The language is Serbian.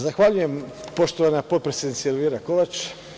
Zahvaljujem, poštovana potpredsednice Elvira Kovač.